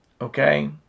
okay